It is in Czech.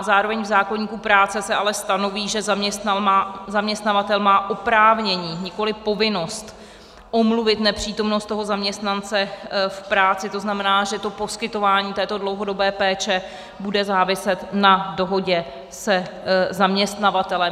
Zároveň se ale v zákoníku práce stanoví, že zaměstnavatel má oprávnění, nikoliv povinnost, omluvit nepřítomnost zaměstnance v práci, to znamená, že poskytování této dlouhodobé péče bude záviset na dohodě se zaměstnavatelem.